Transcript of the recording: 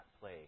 play